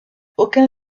aucun